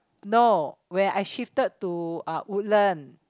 no when I shifted to uh Woodland